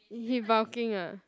he bulking ah